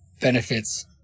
benefits